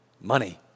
money